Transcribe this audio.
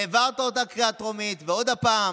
והעברת אותה בקריאה טרומית ועוד פעם.